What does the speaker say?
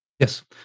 Yes